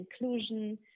inclusion